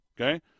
okay